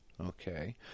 okay